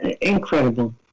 Incredible